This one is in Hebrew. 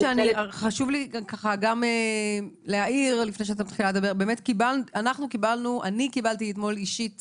חשוב לי להעיר לפני שאת מתחילה לדבר שאני קיבלתי אתמול אישית